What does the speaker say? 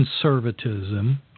conservatism